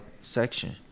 section